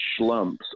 schlumps